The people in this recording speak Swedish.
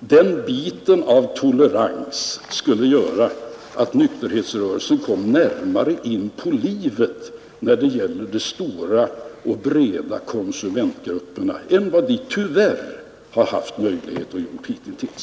Den biten av tolerans skulle göra att nykterhetsrörelsen kom de stora och breda konsumentgrupperna närmare in på livet än vad den tyvärr har haft möjlighet att göra hitintills.